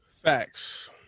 Facts